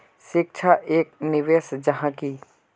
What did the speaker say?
शिक्षा एक निवेश जाहा की?